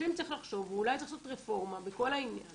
לפעמים צריך לחשוב ואולי צריך לעשות רפורמה בכל העניין